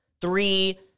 three